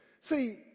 see